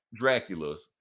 draculas